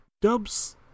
Dubs